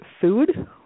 food